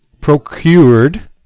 procured